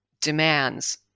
demands